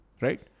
right